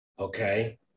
Okay